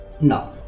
No